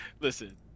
Listen